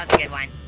good one.